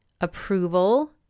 approval